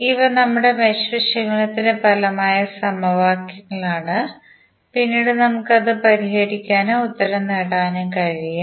ഇവ നമ്മുടെ മെഷ് വിശകലനത്തിന്റെ ഫലമായ സമവാക്യങ്ങളാണ് പിന്നീട് നമുക്ക് അത് പരിഹരിക്കാനും ഉത്തരം നേടാനും കഴിയും